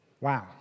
Wow